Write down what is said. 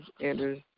Andrew